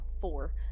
four